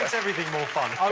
everything more fun.